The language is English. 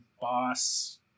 boss